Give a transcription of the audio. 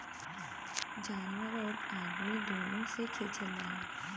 जानवर आउर अदमी दुनो से खिचल जाला